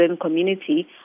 community